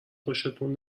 خوشتون